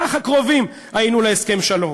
ככה קרובים היינו להסכם שלום.